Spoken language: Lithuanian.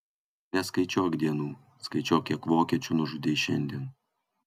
neskaičiuok dienų skaičiuok kiek vokiečių nužudei šiandien